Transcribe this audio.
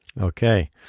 Okay